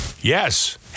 Yes